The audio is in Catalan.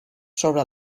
sobre